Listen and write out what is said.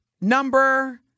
number